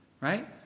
Right